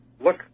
look